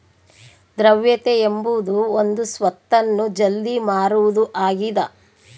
ದ್ರವ್ಯತೆ ಎಂಬುದು ಒಂದು ಸ್ವತ್ತನ್ನು ಜಲ್ದಿ ಮಾರುವುದು ಆಗಿದ